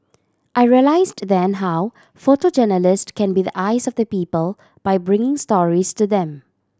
I realised then how photojournalist can be the eyes of the people by bringing stories to them